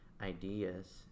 ideas